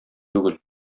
түгел